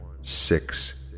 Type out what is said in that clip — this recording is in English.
six